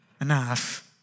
Enough